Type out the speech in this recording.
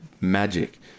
magic